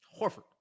Horford